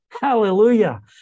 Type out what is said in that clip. Hallelujah